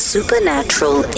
Supernatural